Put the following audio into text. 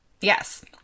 Yes